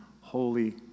Holy